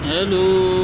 Hello